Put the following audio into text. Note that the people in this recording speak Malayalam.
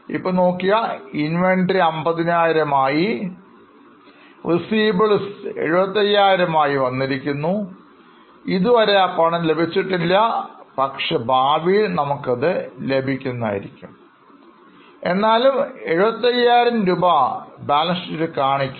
ഇപ്പോൾ നോക്കിയാൽ Inventory 50000 ആയി കുറഞ്ഞിരിക്കുന്നു Receivables ൽ 75000 രൂപ വന്നിരിക്കുന്നു ഇതുവരെ ആ പണം ലഭിച്ചിട്ടില്ല പക്ഷേ ഭാവിയിൽ നമ്മൾക്ക് അത് ലഭിക്കുന്നതായിരിക്കും എന്നാലും ആ 75000 ബാലൻസ് ഷീറ്റിൽ കാണിക്കും